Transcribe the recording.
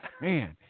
Man